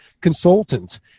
consultant